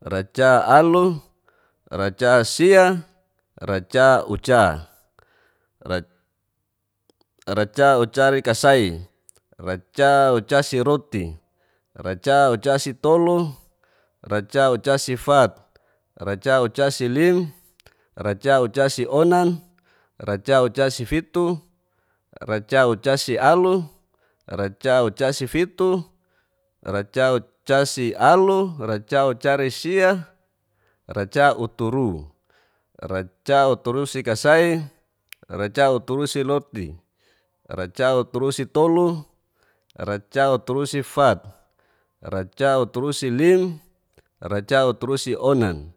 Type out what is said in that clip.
Racaalu, racasia, racauru, rasaucarikasai, racauucasiroti, racaucasitolu, racaucasifat, racaucasilim, racaucasionan, racaucasifitu, racaucasialu, racaucasisia, racauturu, racauturusikasai, racauturusiroti, racauturusitolu, racauturusifat, racauturusilim, racauturusionan,